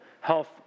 health